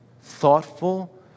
Thoughtful